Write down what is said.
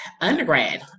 undergrad